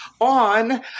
on